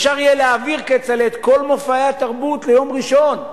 אפשר יהיה להעביר את כל מופעי התרבות ליום ראשון.